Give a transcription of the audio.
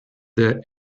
there